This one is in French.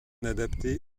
adapté